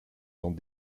dans